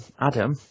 Adam